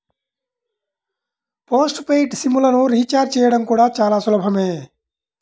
post paid sim లను recharge చేయడం కూడా చాలా సులభమే